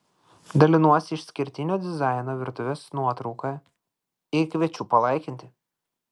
dalinuosi išskirtinio dizaino virtuvės nuotrauka ir kviečiu palaikinti